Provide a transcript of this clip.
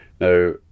Now